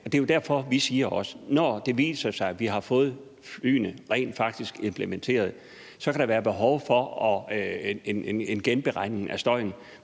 det er jo derfor, vi også siger, at når det viser sig, at vi rent faktisk har fået flyene implementeret, så kan der være behov for en genberegning af støjen.